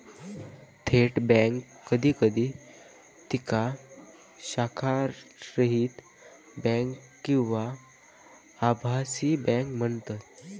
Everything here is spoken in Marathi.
थेट बँक कधी कधी तिका शाखारहित बँक किंवा आभासी बँक म्हणतत